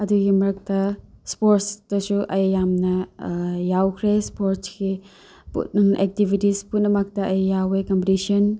ꯑꯗꯨꯒꯤ ꯃꯔꯛꯇ ꯁ꯭ꯄꯣꯔꯠꯁꯇꯁꯨ ꯑꯩ ꯌꯥꯝꯅ ꯌꯥꯎꯈ꯭ꯔꯦ ꯁ꯭ꯄꯣꯔꯠꯁꯀꯤ ꯑꯦꯛꯇꯤꯚꯤꯇꯤꯁ ꯄꯨꯝꯅꯃꯛꯇ ꯑꯩ ꯌꯥꯎꯑꯦ ꯀꯝꯄꯤꯇꯤꯁꯟ